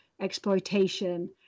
exploitation